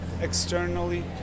externally